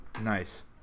nice